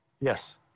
Yes